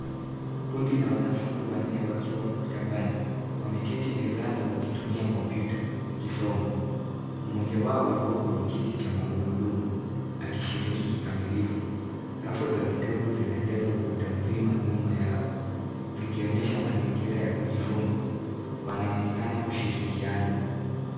Kundi la wanafunzi wanne wakiwa maktabani wameketi mezani wakitumia kompyuta wakisoma. Mmoja wao yuko kwenye kiti cha magurudumu akishiriki kikamilifu. Rafu za vitabu zinajaza ukuta mzima nyuma yao zikionyesha mazingira ya kujifunza. Wanaoekana kushirikiana.